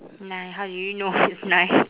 nine how do you know it's nine